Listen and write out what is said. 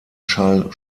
schall